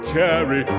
carry